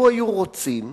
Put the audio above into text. לו היו רוצים